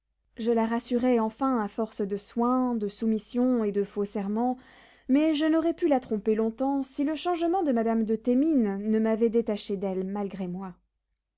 je la rassurai enfin à force de soins de soumissions et de faux serments mais je n'aurais pu la tromper longtemps si le changement de madame de thémines ne m'avait détaché d'elle malgré moi